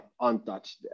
untouched